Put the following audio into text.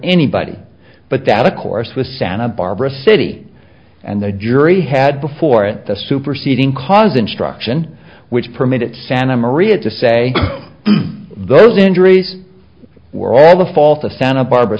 anybody but that of course was santa barbara city and the jury had before it the superseding cause instruction which permits santa maria to say those injuries were all the fault of santa barbara